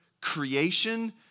creation